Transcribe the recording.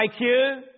IQ